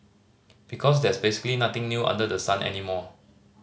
because there's basically nothing new under the sun anymore